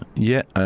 yeah